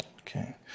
Okay